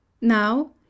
Now